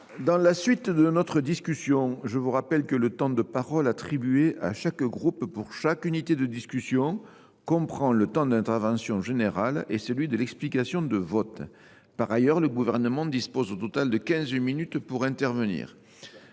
Dans la suite de notre discussion, je vous rappelle que le temps de parole attribué à chaque groupe pour chaque discussion comprend le temps d’intervention générale et celui de l’explication de vote. Par ailleurs, le Gouvernement dispose au total de quinze minutes pour intervenir.